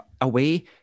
away